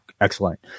excellent